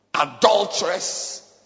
Adulteress